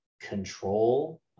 control